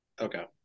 Okay